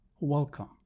Welcome